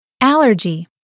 Allergy